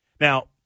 Now